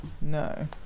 No